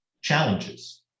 challenges